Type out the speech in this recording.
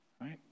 right